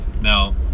Now